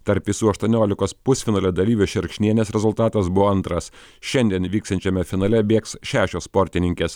tarp visų aštuoniolikos pusfinalio dalyvių šerkšnienės rezultatas buvo antras šiandien vyksiančiame finale bėgs šešios sportininkės